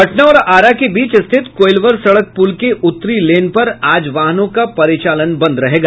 पटना और आरा के बीच स्थित कोईलवर सड़क पुल के उत्तरी लेन पर आज वाहनों का परिचालन बंद रहेगा